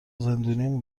زندونیم